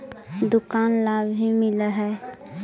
दुकान ला भी मिलहै?